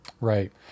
Right